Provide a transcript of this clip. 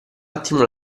attimo